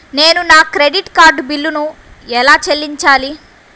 నేను నా credit card బిల్లును ఎలా చెల్లించాలీ?